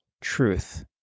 truth